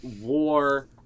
war